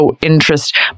interest